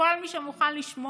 לכל מי שמוכן לשמוע